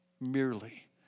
merely